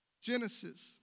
Genesis